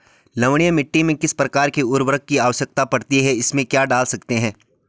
लवणीय मिट्टी में किस प्रकार के उर्वरक की आवश्यकता पड़ती है इसमें क्या डाल सकते हैं?